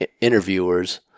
interviewers